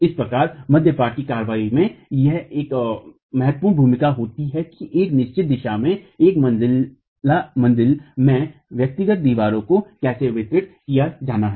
इस प्रकार मध्यपट की कार्रवाई में एक महत्वपूर्ण भूमिका होती है कि एक निश्चित दिशा में एक मंजिला मंजिल में व्यक्तिगत दीवारों को कैसे वितरित किया जाना है